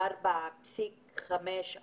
ביקשתי לערב את נציבות שירות המדינה.